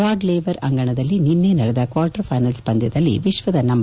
rod Laver ಅಂಗಣದಲ್ಲಿ ನಿನ್ನೆ ನಡೆದ ಕ್ವಾರ್ಟರ್ ಫೈನಲ್ಸ್ ಪಂದ್ಲದಲ್ಲಿ ವಿಶ್ವದ ನಂ